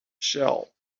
shell